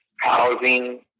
housing